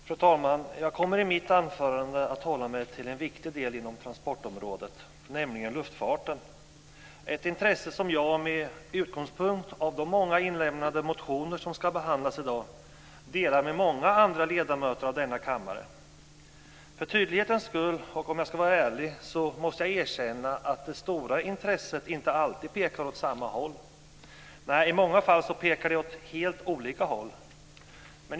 Fru talman! Jag kommer i mitt anförande att hålla mig till en viktig del av transportområdet, nämligen luftfarten, som tas upp i många av de motioner som nu behandlas. Ett intresse för luftfarten delar jag med många andra ledamöter av denna kammare. I ärlighetens namn ska erkännas att detta stora intresse inte alltid pekar åt samma håll. I många fall pekar det åt helt olika håll.